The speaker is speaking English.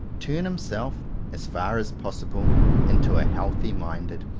turn himself as far as possible into a healthy-minded,